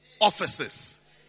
offices